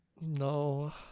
No